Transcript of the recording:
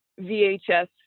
VHS